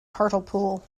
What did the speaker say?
hartlepool